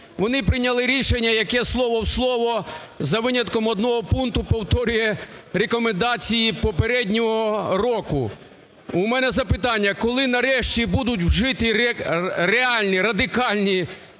Вони прийняли рішення, яке слово в слово за винятком одного пункту повторює рекомендації попереднього року. У мене запитання: коли нарешті будуть вжиті реальні, радикальні